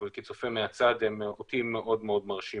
זמן מחצית חיים של M רנ"א הוא מאוד מאוד קצר.